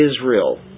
Israel